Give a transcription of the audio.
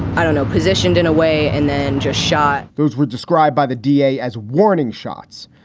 i don't know, positioned in a way and then just shot those were described by the d a. as warning shots.